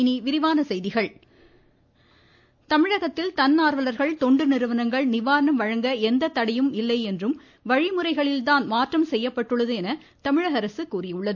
இனி விரிவான செய்திகள் அரசு விளக்கம் தமிழகத்தில் தன்னார்வலர்கள் தொண்டு நிறுவனங்கள் நிவாரணம் வழங்க எந்த தடையும் இல்லை என்றும் வழிமுறைகளில் தான் மாற்றம் செய்யப்பட்டுள்ளது என தமிழக அரசு கூறியுள்ளது